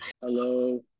Hello